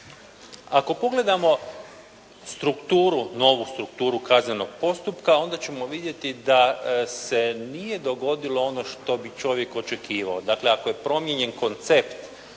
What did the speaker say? Ako pogledamo strukturu, novu strukturu kaznenog postupka onda ćemo vidjeti da se nije dogodilo ono što bi čovjek očekivao. Dakle, ako je promijenjen koncept